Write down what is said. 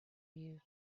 you